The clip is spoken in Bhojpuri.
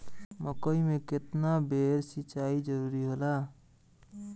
मकई मे केतना बेर सीचाई जरूरी होला?